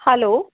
hello